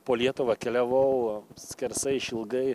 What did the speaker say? po lietuvą keliavau skersai išilgai